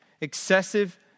excessive